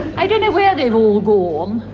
i don't know where they've all gone.